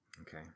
Okay